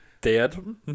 dead